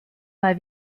mal